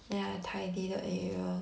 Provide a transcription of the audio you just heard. then I tidy the area